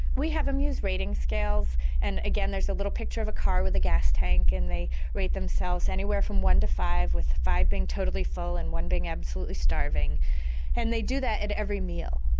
we have in um use rating scales and again there's a little picture of a car with a gas tank and they rate themselves anywhere from one to five with five being totally full and one being absolutely starving and they do that at every meal.